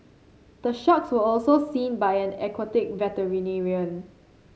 the sharks were also seen by an aquatic veterinarian